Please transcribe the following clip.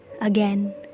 Again